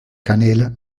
kanäle